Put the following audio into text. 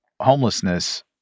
homelessness